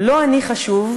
"לא אני חשוב,